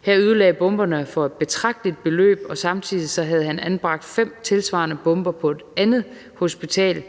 Her ødelagde bomberne for et betragteligt beløb, og samtidig havde han anbragt fem tilsvarende bomber på et andet hospital.